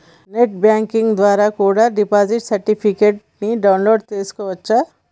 net banking ద్వారా కూడా deposit certificates ని డౌన్ లోడ్ చేస్కోవచ్చు